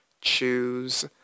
choose